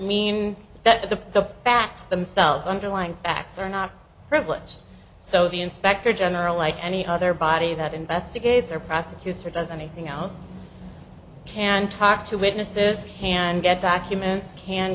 mean that the the facts themselves underlying facts are not privileged so the inspector general like any other body that investigates or prosecutor does anything else can talk to witnesses can get documents can